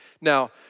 Now